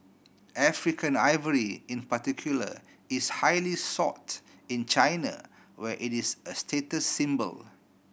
African ivory in particular is highly sought in China where it is a status symbol